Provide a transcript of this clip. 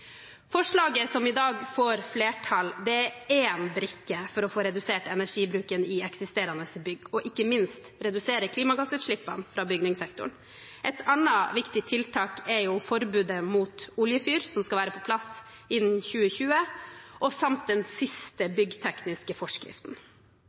Forslaget som i dag får flertall, er én brikke for å få redusert energibruken i eksisterende bygg og ikke minst redusere klimagassutslippene fra bygningssektoren. Et annet viktig tiltak er forbudet mot oljefyring, som skal være på plass innen 2020 samt den siste